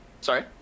Sorry